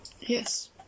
Yes